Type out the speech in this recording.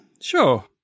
Sure